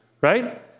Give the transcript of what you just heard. right